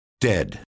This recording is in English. dead